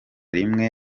rimwe